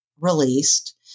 released